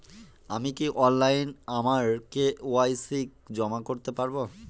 আমি কি অনলাইন আমার কে.ওয়াই.সি জমা করতে পারব?